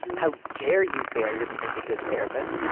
how dare you say i wouldn't make a good therapist.